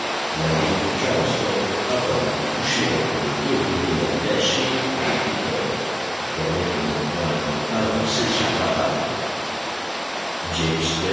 la ville de charleston apparut couchée entre les deux rivières d'ashley et de cooper elle formait une pointe avancée sur la rade james